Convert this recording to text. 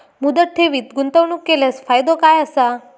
मुदत ठेवीत गुंतवणूक केल्यास फायदो काय आसा?